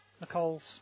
Nicole's